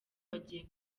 bagiye